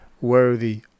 worthy